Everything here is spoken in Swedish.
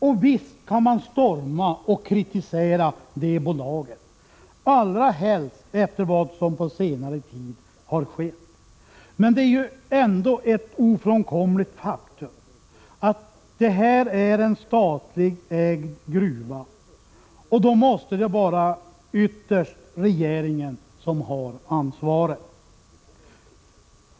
Och visst kan man storma och kritisera det bolaget, allra helst efter vad som på senare tid har skett, men det är ett ofrånkomligt faktum att det är en statligt ägd gruva och att det då ytterst är regeringen som har ansvaret.